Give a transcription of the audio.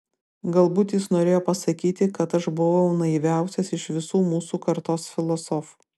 galbūt jis norėjo pasakyti kad aš buvau naiviausias iš visų mūsų kartos filosofų